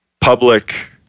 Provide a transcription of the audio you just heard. public